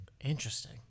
Interesting